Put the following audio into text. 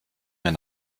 mehr